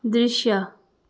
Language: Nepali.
दृश्य